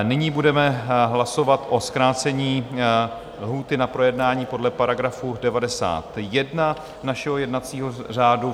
Nyní budeme hlasovat o zkrácení lhůty na projednání podle § 91 našeho jednacího řádu.